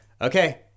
okay